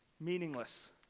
meaningless